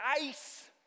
ice